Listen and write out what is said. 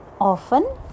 often